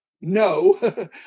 No